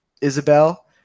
Isabel